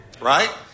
Right